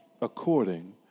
according